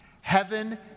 heaven